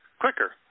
quicker